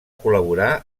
col·laborar